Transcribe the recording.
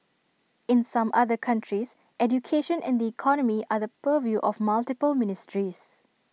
in some other countries education and the economy are the purview of multiple ministries